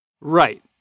Right